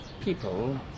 people